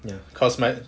ya cause my